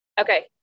Okay